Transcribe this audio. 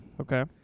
Okay